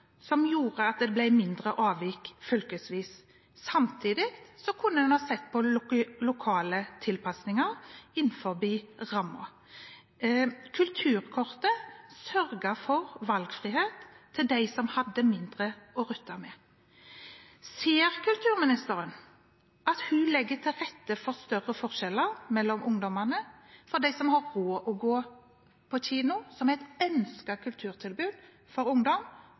som gjorde at det ble mindre avvik fylkesvis. Samtidig kunne en ha sett på lokale tilpasninger innenfor rammen. Kulturkortet sørget for valgfrihet for dem som hadde mindre å rutte med. Ser kulturministeren at hun legger til rette for større forskjeller mellom ungdommene, mellom dem som har råd til å gå på kino – som er et ønsket kulturtilbud til ungdom